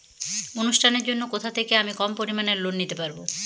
অনুষ্ঠানের জন্য কোথা থেকে আমি কম পরিমাণের লোন নিতে পারব?